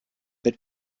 had